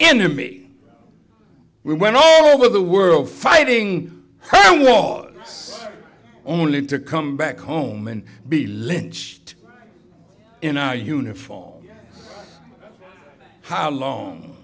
enemy we went all over the world fighting us only to come back home and be lynched in our uniform how long